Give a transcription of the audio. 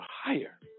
higher